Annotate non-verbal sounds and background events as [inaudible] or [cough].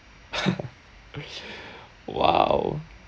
[laughs] !wow!